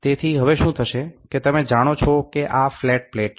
તેથી હવે શું થશે કે તમે જાણો છો કે આ ફ્લેટ પ્લેટ છે